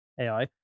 AI